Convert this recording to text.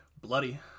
bloody